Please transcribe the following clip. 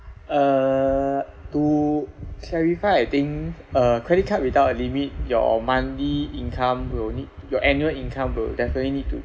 uh to clarify I think uh credit card without a limit your monthly income will need your annual income will definitely need to